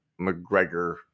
mcgregor